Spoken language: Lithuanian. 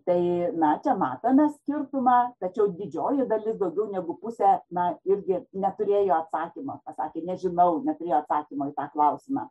tai na čia matome skirtumą tačiau didžioji dalis daugiau negu pusė na irgi neturėjo atsakymo pasakė nežinau neturėjo atsakymo į tą klausimą